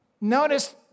Notice